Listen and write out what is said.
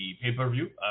pay-per-view